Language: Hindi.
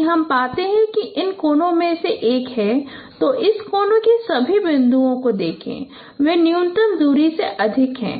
यदि हम पाते हैं कि इन कोनों में से एक है तो इस कोने के सभी बिंदुओं को देखें वे न्यूनतम दूरी से अधिक हैं